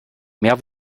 mehr